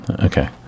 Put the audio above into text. Okay